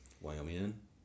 Wyoming